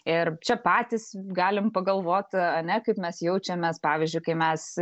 ir čia patys galim pagalvot ane kaip mes jaučiamės pavyzdžiui kai mes